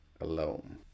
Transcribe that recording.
Alone